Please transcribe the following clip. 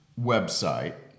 website